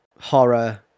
horror